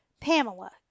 pamela